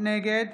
נגד